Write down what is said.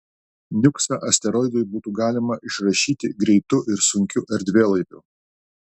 niuksą asteroidui būtų galima išrašyti greitu ir sunkiu erdvėlaiviu